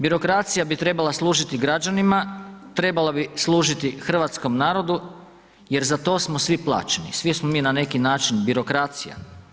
Birokracija bi trebala služiti građanima, trebala bi služiti hrvatskom narodu, jer za to smo svi plaćeni svi smo mi na neki način birokracija.